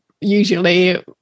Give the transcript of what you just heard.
usually